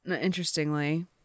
Interestingly